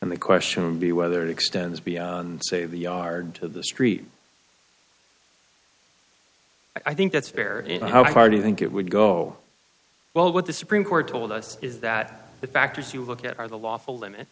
and the question be whether it extends beyond say the yard to the street i think that's fair and how far do you think it would go well what the supreme court told us is that the factors you look at are the lawful limit